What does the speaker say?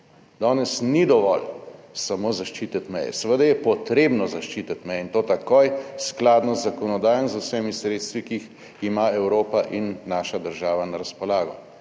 Danes ni dovolj samo zaščititi meje, seveda je potrebno zaščititi meje in to takoj, skladno z zakonodajo in z vsemi sredstvi, ki jih ima Evropa in naša država na razpolago,